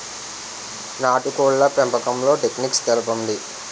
నాటుకోడ్ల పెంపకంలో టెక్నిక్స్ తెలుపండి?